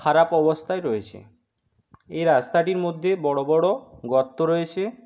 খারাপ অবস্থায় রয়েছে এই রাস্তাটির মধ্যে বড়ো বড়ো গর্ত রয়েছে